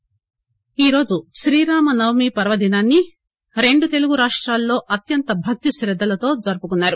రామనవమి ఈరోజు శ్రీరామ నవమి పర్వదినాన్ని రెండు తెలుగు రాష్టాల్లో అత్యంత భక్తి శ్రద్దలతో జరుపుకున్నారు